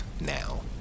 now